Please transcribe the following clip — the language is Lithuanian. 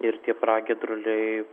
ir tie pragiedruliai